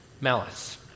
malice